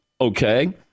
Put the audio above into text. Okay